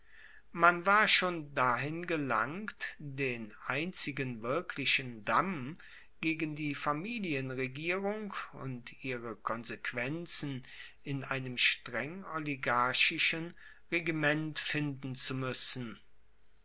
man war schon dahin gelangt den einzigen wirksamen damm gegen die familienregierung und ihre konsequenzen in einem streng oligarchischen regiment finden zu muessen